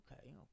Okay